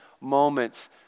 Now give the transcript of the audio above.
moments